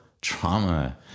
Trauma